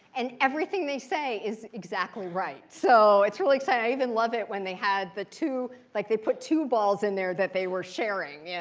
and everything they say is exactly right, so it's really exciting. i even love it when they had the two like they put two balls in there that they were sharing. yeah